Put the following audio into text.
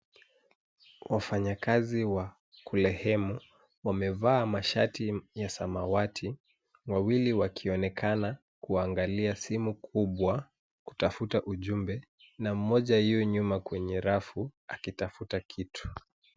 Wafanyakazi wa kulehemu wamevaa mashati ya samawati, wawili wakionekana kuangalia simu kubwa kutafuta ujumbe na mmoja yuyo kwenye rafu akitafuta kitu.